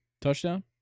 touchdown